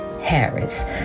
Harris